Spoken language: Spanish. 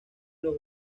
los